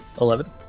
Eleven